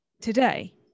today